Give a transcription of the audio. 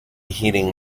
heating